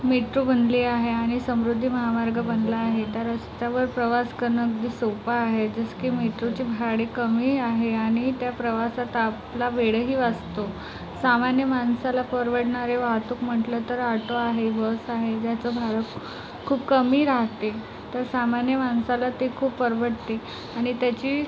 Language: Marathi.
मेट्रो बनली आहे आणि समृद्धी महामार्ग बनला आहे त्या रस्त्यावर प्रवास करणं अगदी सोपं आहे जसं की मेट्रोचे भाडे कमी आहे आणि त्या प्रवासात आपला वेळही वाचतो सामान्य माणसाला परवडणारे वाहतूक म्हटलं तर ऑटो आहे बस आहे ज्याचं भाडं खूप कमी राहते तर सामान्य माणसाला ते खूप परवडते आणि त्याची